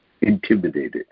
intimidated